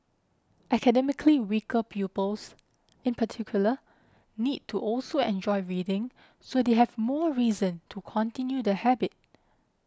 academically weaker pupils in particular need to also enjoy reading so they have more reason to continue the habit